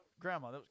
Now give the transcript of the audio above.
Grandma